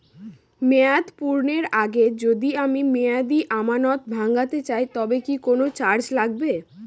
মেয়াদ পূর্ণের আগে যদি আমি মেয়াদি আমানত ভাঙাতে চাই তবে কি কোন চার্জ লাগবে?